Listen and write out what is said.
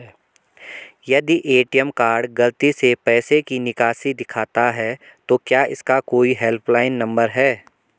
यदि ATM card गलती से पैसे की निकासी दिखाता है तो क्या इसका कोई हेल्प लाइन नम्बर है?